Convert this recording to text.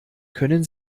können